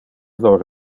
lor